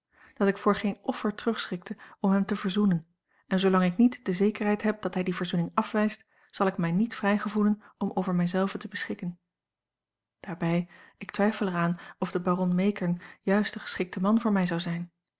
dat ik voor geen offer terugschrikte om hem te verzoenen en zoolang ik niet de zekerheid heb dat hij die verzoening afwijst zal ik mij niet vrij gevoelen om over mij zelve te beschikken daarbij ik twijfel er aan of de baron meekern juist de geschikte man voor mij zou zijn